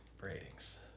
Ratings